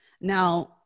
Now